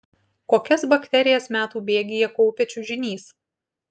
kokias bakterijas metų bėgyje kaupia čiužinys